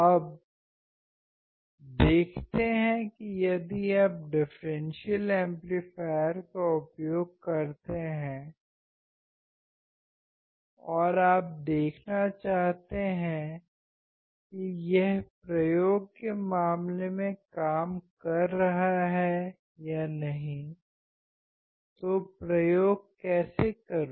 अब देखते हैं कि यदि आप डिफ़्रेंसियल एम्पलीफायर का उपयोग करते हैं और आप देखना चाहते हैं कि यह प्रयोग के मामले में काम कर रहा है या नहीं तो प्रयोग कैसे करें